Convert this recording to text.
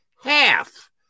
half